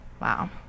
Wow